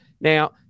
Now